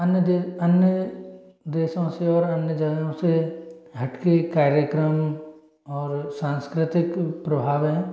अन्य दे अन्य देशों से और अन्य जगहों से हट के कार्यक्रम और सांस्कृतिक प्रभाव हैं